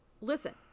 Listen